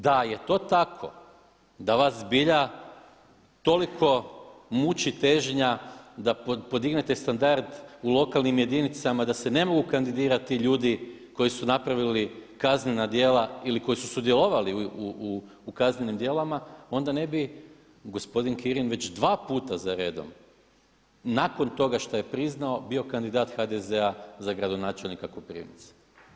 Da je to tako, da vas zbilja toliko muči težnja da podignete standard u lokalnim jedinicama da se ne mogu kandidirati ljudi koji su napravili kaznena djela ili koji su sudjelovali u kaznenim djelima onda ne bi gospodin Kirin već dva puta za redom nakon toga što je priznao bio kandidat HDZ-a za gradonačelnika Koprivnice.